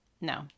no